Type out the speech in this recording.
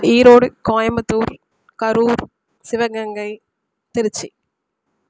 Erode Coimbatore Karur Sivaganga Trichy